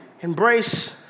Embrace